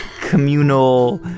communal